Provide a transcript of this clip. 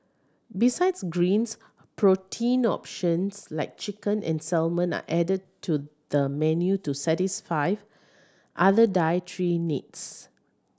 besides greens protein options like chicken and salmon are added to the menu to satisfy other dietary needs